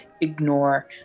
ignore